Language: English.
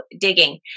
digging